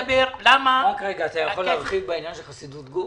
רק רגע, אתה יכול להרחיב בעניין חסידות גור?